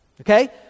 Okay